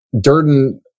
Durden